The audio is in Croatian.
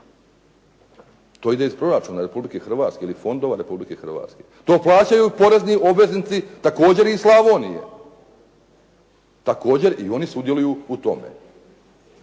To ide iz proračuna Republike Hrvatske ili fondova Republike Hrvatske. To plaćaju porezni obveznici također iz Slavonije. Također i oni sudjeluju u tome.